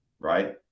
right